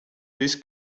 this